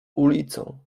ulicą